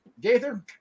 Gaither